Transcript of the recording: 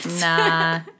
Nah